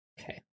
Okay